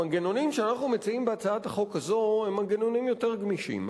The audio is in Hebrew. המנגנונים שאנחנו מציעים בהצעת החוק הזאת הם מנגנונים יותר גמישים.